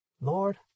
Lord